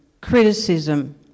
criticism